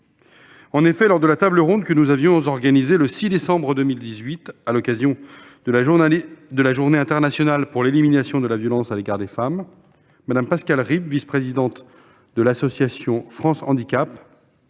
En effet, lors de la table ronde que nous avions organisée le 6 décembre 2018, à l'occasion de la Journée internationale pour l'élimination de la violence à l'égard des femmes, Mme Pascale Ribes, vice-présidente de l'association France handicap,